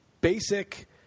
basic